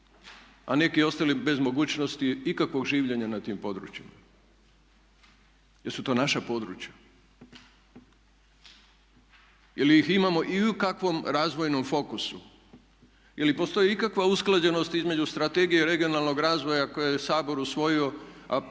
a neki ostali bez mogućnosti ikakvog življenja na tim područjima. Jesu to naša područja? Je li ih imamo i u kakvom razvojnom fokusu? Je li postoji ikakva usklađenost između Strategije regionalnog razvoja koju je Sabor usvojio a prethodna